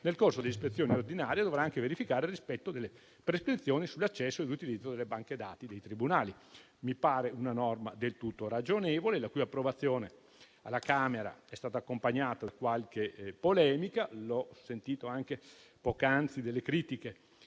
nel corso dell'ispezione ordinaria, dovrà anche verificare il rispetto delle prescrizioni sull'accesso e l'utilizzo delle banche dati dei tribunali. Mi pare una norma del tutto ragionevole, la cui approvazione alla Camera è stata accompagnata da qualche polemica - ho sentito anche poc'anzi delle critiche